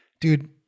dude